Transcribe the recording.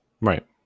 right